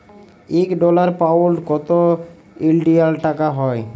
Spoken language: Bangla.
ইক ডলার, পাউল্ড কত ইলডিয়াল টাকা হ্যয়